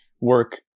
work